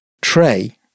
tray